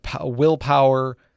willpower